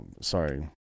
sorry